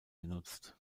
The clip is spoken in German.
genutzt